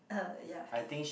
uh ya